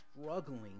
struggling